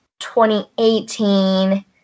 2018